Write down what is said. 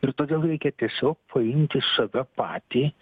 ir todėl reikia tiesiog paimti save patį